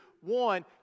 one